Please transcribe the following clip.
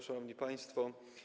Szanowni Państwo!